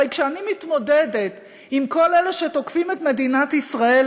הרי כשאני מתמודדת עם כל אלה שתוקפים את מדינת ישראל,